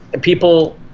People